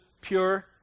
pure